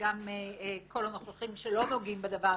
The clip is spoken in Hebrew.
קודם כל תודה רבה לך אדוני היושב-ראש.